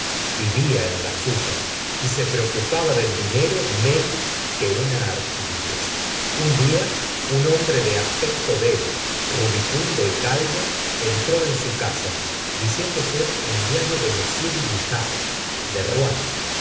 vivía en las suyas y se preocupaba del dinero menos que una arehiduquesa un dia un hombre de aspecto débil rubicundo y calvo entró en su casa diciéndose enviado de monla senora de